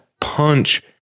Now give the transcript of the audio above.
punch